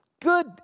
good